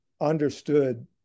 understood